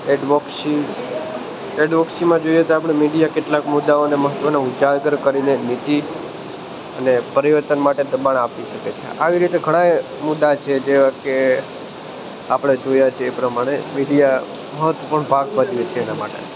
advocacy એડવોક્સીમાં જોઈએ તો આપણે મીડિયા કેટલાક મુદ્દાઓને મહત્ત્વને ઉજાગર કરીને નીતિ અને પરિવર્તન માટે દબાણ આપી શકે છે આવી રીતે ઘણાય મુદા છે જેવા કે આપણે જોયા છે એ પ્રમાણે મીડિયા મહત્ત્વપૂર્ણ ભાગ ભજવે છે એના માટે